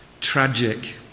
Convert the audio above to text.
tragic